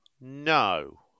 No